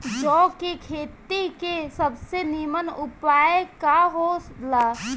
जौ के खेती के सबसे नीमन उपाय का हो ला?